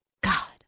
God